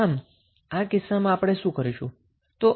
આમ આ કિસ્સામાં આપણે શું કરીશું